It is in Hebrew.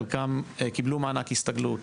חלקם קיבלו מענק הסתגלות,